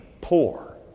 poor